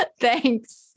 Thanks